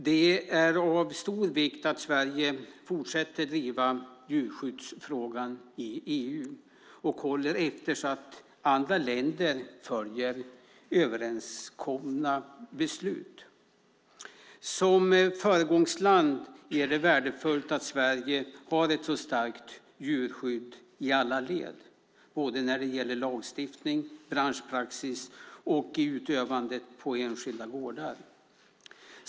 Det är av stor vikt att Sverige fortsätter driva djurskyddsfrågan i EU och håller efter så att andra länder följer överenskomna beslut. Som föregångsland är det värdefullt att Sverige har ett så starkt djurskydd i alla led, både när det gäller lagstiftning, branschpraxis och i utövandet på enskilda gårdar.